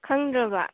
ꯈꯪꯗ꯭ꯔꯥꯕ